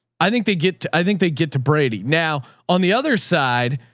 i think they get to, i think they get to brady. now on the other side,